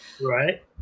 Right